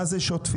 מה זה "שוטפים"?